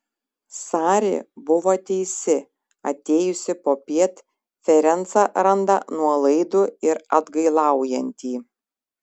sari buvo teisi atėjusi popiet ferencą randa nuolaidų ir atgailaujantį